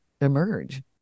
emerge